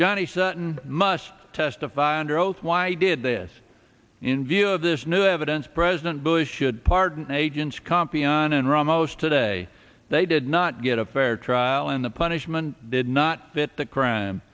johnny sutton must testify under oath why did this in view of this new evidence president bush should pardon agents campian and ramos today they did not get a fair trial and the punishment did not fit the crime